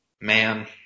Man